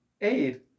Aid